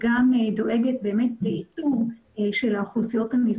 וגם דואגת לאיתור של האוכלוסיות הנזקקות.